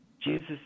Jesus